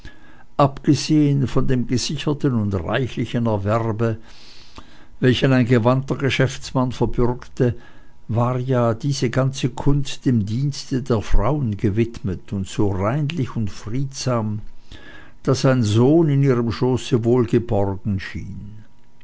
abgesehen von dem gesicherten und reichlichen er werbe welchen ein gewandter geschäftsmann verbürgte war ja diese ganze kunst dem dienste der frauen gewidmet und so reinlich und friedsam daß ein sohn in ihrem schoße wohl geborgen schien